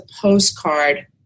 postcard